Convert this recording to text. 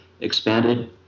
expanded